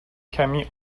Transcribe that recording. کمی